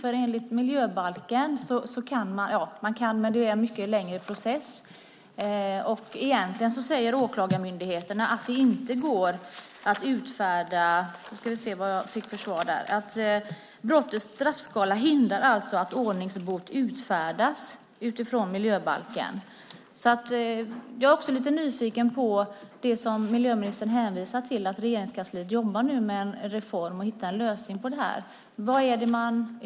Med miljöbalken är det en mycket längre process, och Åklagarmyndigheten säger egentligen att brottets straffskala hindrar att ordningsbot utfärdas utifrån miljöbalken. Jag är också lite nyfiken på det miljöministern hänvisar till om att Regeringskansliet jobbar med en reform och med att hitta en lösning på detta.